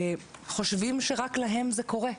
וחושבים שרק להם זה קורה,